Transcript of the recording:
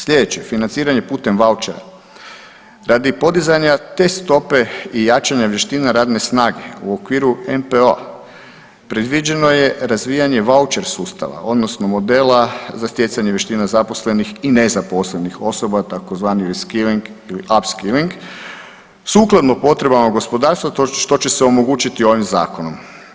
Sljedeće, financiranje putem vaučera, radi podizanja te stope i jačanja vještina radne snage u okviru MPO-a predviđeno je razvijanje vaučer sustava odnosno modela za stjecanje vještina zaposlenih i nezaposlenih osoba, tzv. reskiling ili upskilling sukladno potrebama gospodarstva što će se omogućiti ovim zakonom.